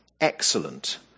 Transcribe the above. excellent